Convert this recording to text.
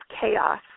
chaos